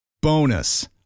Bonus